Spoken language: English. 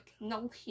no